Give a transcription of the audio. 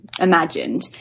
imagined